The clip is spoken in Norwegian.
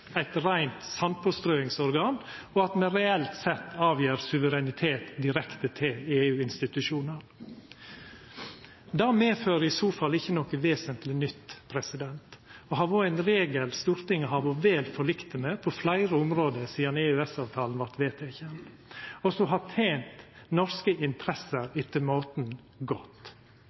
eit reint sandpåstrøingsorgan, og at me reelt sett gjev frå oss suverenitet direkte til EU-institusjonar. Det medfører i så fall ikkje noko vesentleg nytt. Det har vore ein regel Stortinget har vore vel forlikt med på fleire område sidan EØS-avtalen vart vedteken, og som har tent norske interesser etter måten godt.